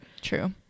true